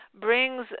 Brings